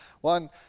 One